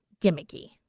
gimmicky